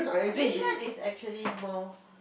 which one is actually more